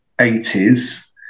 80s